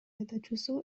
айдоочусу